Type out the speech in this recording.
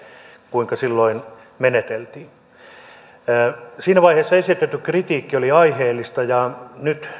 kuinka silloin meneteltiin siinä vaiheessa esitetty kritiikki oli aiheellista ja nyt